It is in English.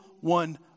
one